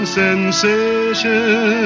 sensation